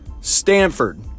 Stanford